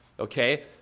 Okay